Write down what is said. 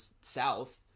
south